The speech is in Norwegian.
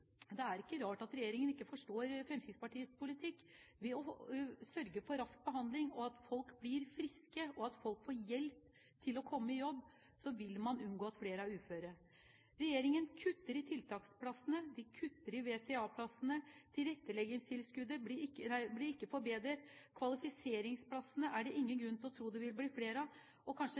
Det er ikke rart at regjeringen ikke forstår Fremskrittspartiets politikk. Ved å sørge for rask behandling, at folk blir friske, og at folk får hjelp til å komme i jobb, vil man unngå at flere er uføre. Regjeringen kutter i tiltaksplassene. De kutter i VTA-plassene. Tilretteleggingstilskuddet blir ikke forbedret. Kvalifiseringsplassene er det ingen grunn til å tro det vil bli flere av, og kanskje